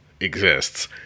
exists